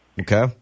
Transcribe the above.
Okay